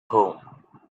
home